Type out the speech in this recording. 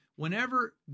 Whenever